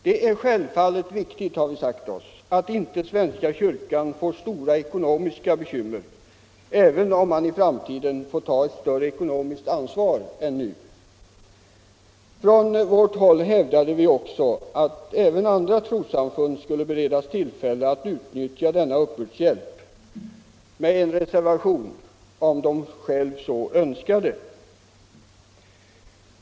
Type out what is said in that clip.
Det är självfallet viktigt, har vi sagt oss, att inte svenska kyrkan får stora ekonomiska bekymmer, även om man i framtiden får ta ett större ekonomiskt ansvar än nu. Vi hävdar också att även andra trossamfund skulle beredas tillfälle att utnyttja denna uppbördshjälp — med en reservation — om de själva så önskade.